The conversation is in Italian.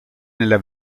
nella